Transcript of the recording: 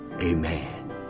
amen